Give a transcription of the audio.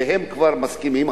והם כבר מסכימים,